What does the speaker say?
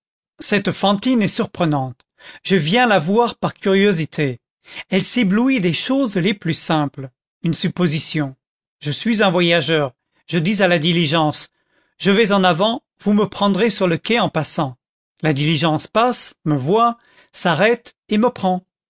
cette fantine est surprenante je viens la voir par curiosité elle s'éblouit des choses les plus simples une supposition je suis un voyageur je dis à la diligence je vais en avant vous me prendrez sur le quai en passant la diligence passe me voit s'arrête et me prend